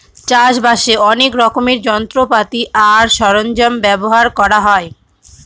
চাষ বাসে অনেক রকমের যন্ত্রপাতি আর সরঞ্জাম ব্যবহার করা হয়